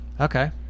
okay